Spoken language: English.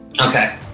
Okay